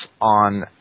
on